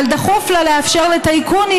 אבל דחוף לה לאפשר לטייקונים,